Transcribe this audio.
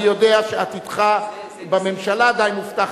אני יודע שעתידך בממשלה די מובטח,